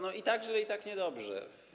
No i tak źle, i tak niedobrze.